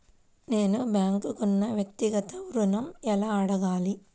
నేను బ్యాంక్ను వ్యక్తిగత ఋణం ఎలా అడగాలి?